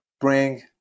bring